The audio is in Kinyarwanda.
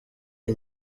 iyi